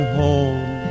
home